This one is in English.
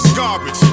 Garbage